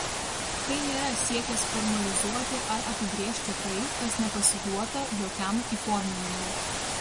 tai nėra siekis formalizuoti ar apibrėžti tai kas nepasiduota jokiam įforminimui